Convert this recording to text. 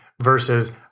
versus